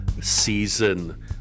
season